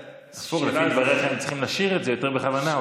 לפי דבריך הם צריכים לשיר את זה יותר בכוונה,